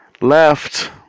Left